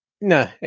No